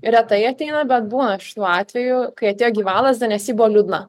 retai ateina bet būna šitų atvejų kai atėjo gyvalazdė nes ji buvo liūdna